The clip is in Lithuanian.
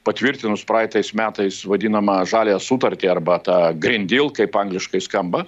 patvirtinus praeitais metais vadinamą žaliąją sutartį arba tą grindyl angliškai skamba